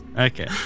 Okay